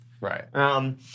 Right